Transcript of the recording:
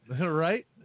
right